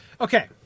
okay